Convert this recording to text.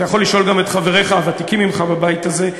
אתה יכול לשאול גם את חבריך הוותיקים ממך בבית הזה,